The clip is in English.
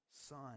son